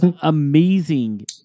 amazing